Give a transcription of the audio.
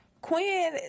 Quinn